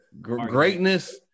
greatness